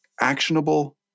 actionable